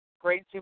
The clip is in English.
great